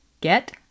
get